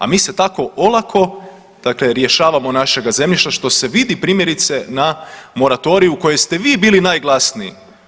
A mi se tako olako dakle rješavamo našega zemljišta što se vidi primjerice na moratoriju koji ste vi bili najglasniji.